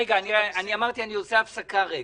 רגע, אני אמרתי שאני עושה הפסקה רגע.